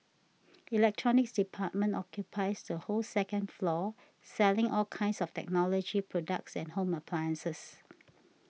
electronics department occupies the whole second floor selling all kinds of technology products and home appliances